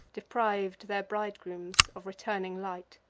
depriv'd their bridegrooms of returning light.